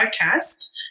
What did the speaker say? podcast